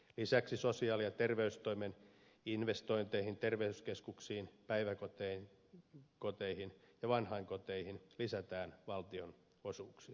lisäksi sosiaali ja terveystoimen investointeihin terveyskeskuksiin päiväkoteihin ja vanhainkoteihin lisätään valtionavustuksia